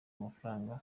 amafaranga